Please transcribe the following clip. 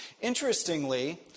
Interestingly